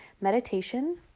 Meditation